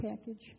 package